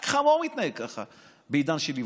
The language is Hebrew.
רק חמור מתנהג ככה בעידן של אי-ודאות.